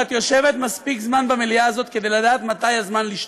את יושבת מספיק זמן במליאה הזאת כדי לדעת מתי הזמן לשתוק.